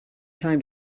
time